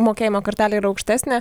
mokėjimo kartelė ir aukštesnė